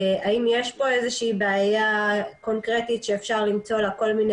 האם יש פה איזושהי בעיה קונקרטית שאפשר למצוא לה כל מיני